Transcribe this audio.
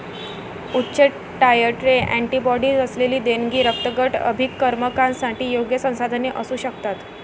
उच्च titre antibodies असलेली देणगी रक्तगट अभिकर्मकांसाठी योग्य संसाधने असू शकतात